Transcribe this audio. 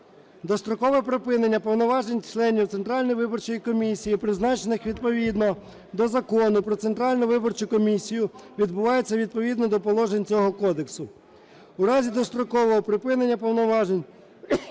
Дострокове припинення повноважень членів Центральної виборчої комісії, призначених відповідно до Закону "Про Центральну виборчу комісію", відбувається відповідно до положень цього Кодексу. У разі дострокового припинення повноважень